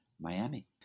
Miami